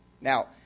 now